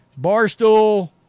Barstool